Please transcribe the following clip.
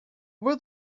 will